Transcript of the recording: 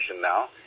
now